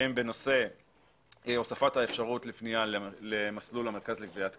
הן בנושא הוספת האפשרות לפנייה למסלול המרכז לגביית קנסות,